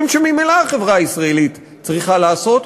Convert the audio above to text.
שממילא החברה הישראלית צריכה לעשות,